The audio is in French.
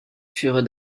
furent